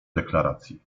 deklaracji